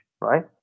right